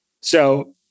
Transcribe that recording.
So-